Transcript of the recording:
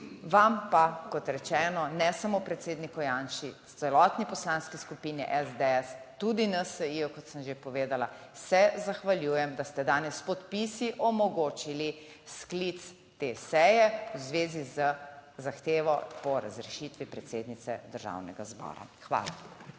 Vam pa, kot rečeno, ne samo predsedniku Janši, celotni Poslanski skupini SDS, tudi NSi, kot sem že povedala, se zahvaljujem, da ste danes s podpisi omogočili sklic te seje v zvezi z zahtevo po razrešitvi predsednice Državnega zbora. Hvala.